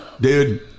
dude